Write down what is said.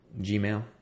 gmail